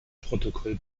protokoll